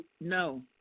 No